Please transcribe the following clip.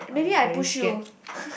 maybe I push you